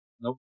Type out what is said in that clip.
Nope